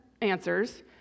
answers